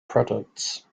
products